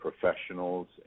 professionals